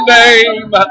name